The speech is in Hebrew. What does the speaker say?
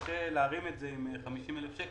שקשה להרים את זה עם תקציב של 50,000 שקל.